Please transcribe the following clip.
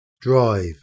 Drive